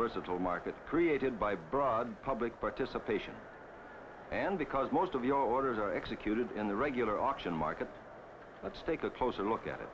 versatile market created by broad public participation and because most of the orders are executed in the regular auction markets let's take a closer look at it